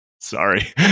sorry